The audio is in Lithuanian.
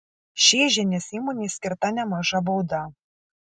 šėžienės įmonei skirta nemaža bauda